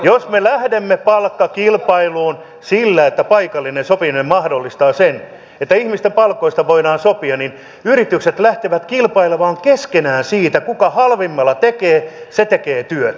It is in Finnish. jos me lähdemme palkkakilpailuun niin että paikallinen sopiminen mahdollistaa sen että ihmisten palkoista voidaan sopia niin yritykset lähtevät kilpailemaan keskenään siitä ja kuka halvimmalla tekee se tekee työt